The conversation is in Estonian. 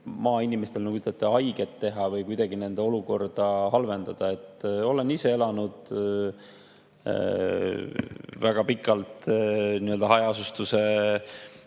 maainimestele, nagu te ütlete, haiget teha või nende olukorda halvendada. Olen ise elanud väga pikalt hajaasustuse